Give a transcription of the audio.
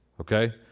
okay